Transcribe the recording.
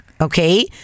Okay